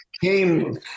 came